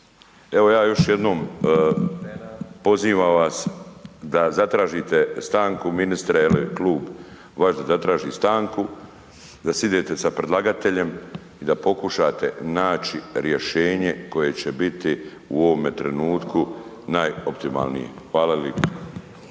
Evo, ja još jednom pozivam vas da zatražite stanku, ministre, je li, klub vaš da zatraži stanku, da sjednete sa predlagateljem i da pokušate naći rješenje koje će biti u ovome trenutku najoptimalnije. Hvala